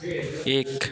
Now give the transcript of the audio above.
एक